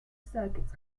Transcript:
circuits